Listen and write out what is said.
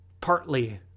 partly